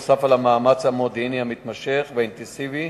נוסף על המאמץ המודיעיני המתמשך והאינטנסיבי